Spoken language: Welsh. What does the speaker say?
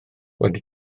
wedi